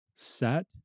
Set